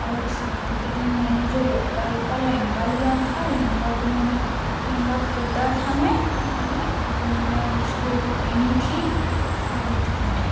और शादी के दिन मैंने जो रेड कलर का लहंगा लिया था लहंगा को मैंने लहंगा खरीदा था मैं मैंने और मैंने उसको पहनी थी शादी के दिन